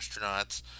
astronauts